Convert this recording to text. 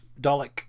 Dalek